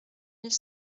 mille